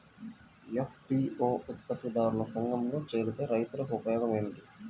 FPO ఉత్పత్తి దారుల సంఘములో చేరితే రైతులకు ఉపయోగము ఏమిటి?